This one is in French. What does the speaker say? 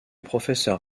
professeur